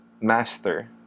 master